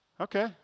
Okay